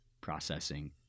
processing